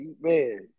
man